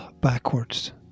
backwards